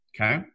Okay